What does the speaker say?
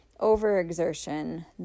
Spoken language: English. overexertion